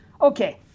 Okay